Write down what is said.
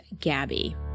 Gabby